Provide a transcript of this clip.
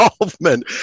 involvement